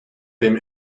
dem